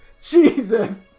Jesus